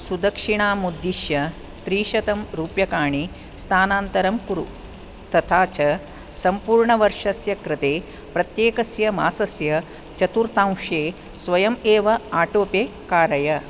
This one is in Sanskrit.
सुदक्षिणामुद्दिश्य त्रिशतं रूप्यकाणि स्थानान्तरं कुरु तथा च सम्पूर्णवर्षस्य कृते प्रत्येकस्य मासस्य चतुर्थांशे स्वयम् एव आटो पे कारय